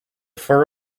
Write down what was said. fur